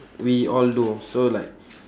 we all do so like